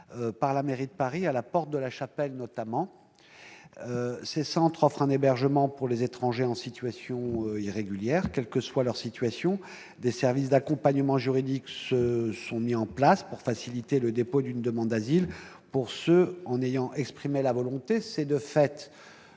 par la mairie de Paris, à la porte de la Chapelle notamment. Les centres de premier accueil offrent un hébergement aux étrangers en situation irrégulière, quelle que soit cette situation. Des services d'accompagnement juridique seront mis en place afin de faciliter le dépôt d'une demande d'asile pour ceux qui en ont exprimé la volonté. Il s'agit